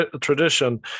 tradition